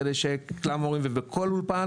כדי שכלל המורים בכל אולפן.